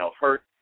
hurt